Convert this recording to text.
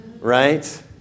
right